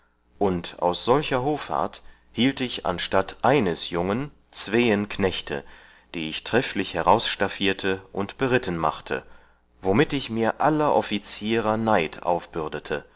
und aus solcher hoffart hielt ich anstatt eines jungen zween knechte die ich trefflich herausstaffierte und beritten machte womit ich mir aller offizierer neid aufbürdete